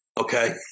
Okay